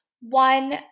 one